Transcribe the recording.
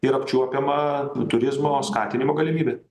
ir apčiuopiama turizmo skatinimo galimybė